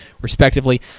respectively